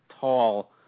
tall